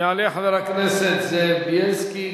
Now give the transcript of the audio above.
יעלה חבר הכנסת זאב בילסקי.